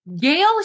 Gail